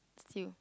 stew